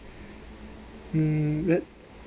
um let's